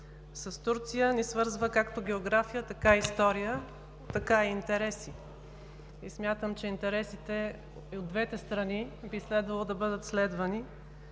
С Турция ни свързва както география, така и история, така и интереси. Смятам, че интересите би следвало да бъдат следвани